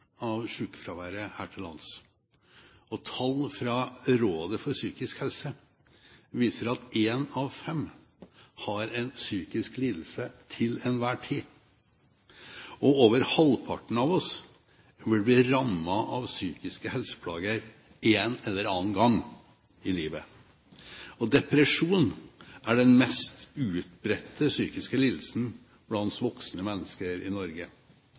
sykefraværet her til lands. Tall fra Rådet for psykisk helse viser at én av fem har en psykisk lidelse til enhver tid, og at over halvparten av oss vil bli rammet av psykiske helseplager en eller annen gang i livet. Depresjon er den mest utbredte psykiske lidelsen blant voksne mennesker i Norge.